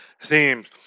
themes